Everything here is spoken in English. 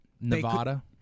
Nevada